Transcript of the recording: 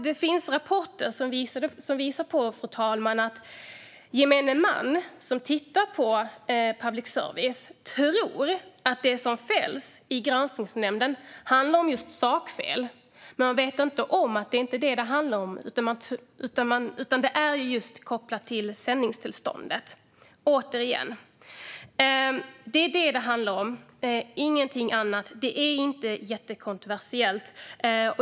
Det finns rapporter som visar på att gemene man som tittar på public service tror att det som fälls i granskningsnämnden handlar om just sakfel. Man vet inte att det inte handlar om det utan är kopplat till sändningstillstånden. Det är detta som det handlar om och ingenting annat. Det är inte jättekontroversiellt.